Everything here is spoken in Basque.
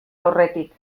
aurretik